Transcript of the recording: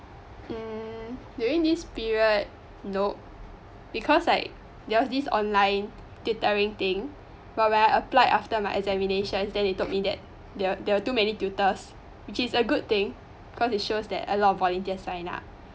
um during this period nope because like there was this online tutoring thing but when I applied after my examination then they told me that there were there were too many tutors which is a good thing because it shows that a lot of volunteers signed up